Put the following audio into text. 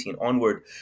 onward